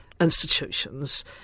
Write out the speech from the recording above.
institutions